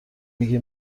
میگی